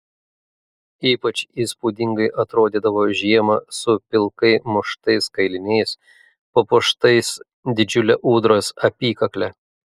ypač įspūdingai atrodydavo žiemą su pilkai muštais kailiniais papuoštais didžiule ūdros apykakle